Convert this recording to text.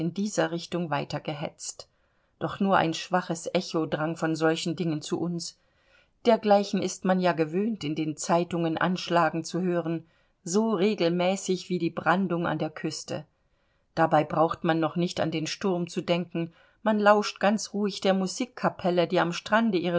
dieser richtung weitergehetzt doch nur ein schwaches echo drang von solchen dingen zu uns dergleichen ist ja man gewöhnt in den zeitungen anschlagen zu hören so regelmäßig wie die brandung an der küste dabei braucht man noch nicht an den sturm zu denken man lauscht ganz ruhig der musikkapelle die am strande